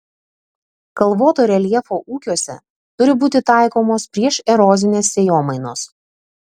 kalvoto reljefo ūkiuose turi būti taikomos priešerozinės sėjomainos